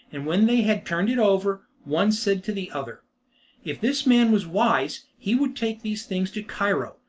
and when they had turned it over, one said to the other if this man was wise he would take these things to cairo,